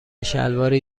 شلواری